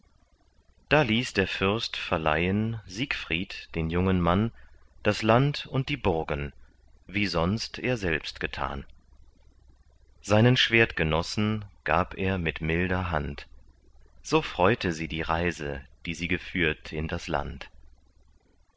da ließ der fürst verleihen siegfried den jungen mann das land und die burgen wie sonst er selbst getan seinen schwertgenossen gab er mit milder hand so freute sie die reise die sie geführt in das land